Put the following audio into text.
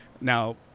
Now